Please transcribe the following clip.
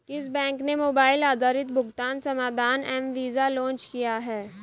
किस बैंक ने मोबाइल आधारित भुगतान समाधान एम वीज़ा लॉन्च किया है?